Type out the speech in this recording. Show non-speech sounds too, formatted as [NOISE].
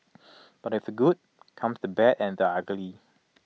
[NOISE] but with the good comes the bad and the ugly